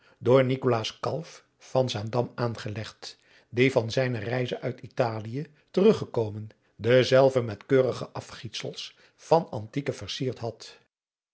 door nikolaas kalf van zaandam aangelegd die van zijne reize uit italie teruggekomen dezelve met keurige afgietsels van antieken versierd had